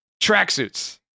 Tracksuits